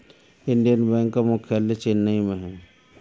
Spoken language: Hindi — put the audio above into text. इंडियन बैंक का मुख्यालय चेन्नई में है